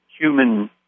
human